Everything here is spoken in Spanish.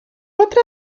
otra